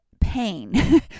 pain